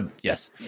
Yes